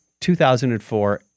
2004